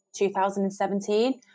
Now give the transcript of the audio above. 2017